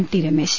T Ramesh